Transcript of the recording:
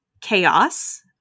chaos